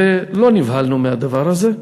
ולא נבהלנו מהדבר הזה.